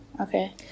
Okay